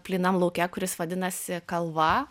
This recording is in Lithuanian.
plynam lauke kuris vadinasi kalva